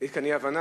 יש כאן אי-הבנה.